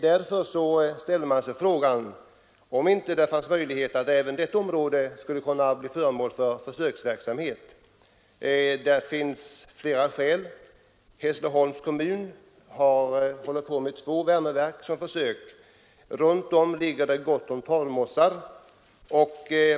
Därför ställer man sig frågan om inte försöksverksamhet också kunde igångsättas här. Det finns flera skäl. Hässleholms kommun har försöksverksamhet vid två värmeverk, runt om ligger det gott om torvmossar.